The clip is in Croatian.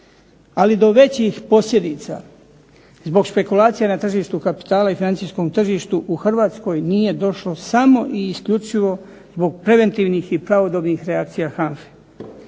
Ali do većih posljedica zbog špekulacija na tržištu kapitala i financijskom tržištu u Hrvatskoj nije došlo samo i isključivo zbog preventivnih i pravodobnih reakcija HANFA-e.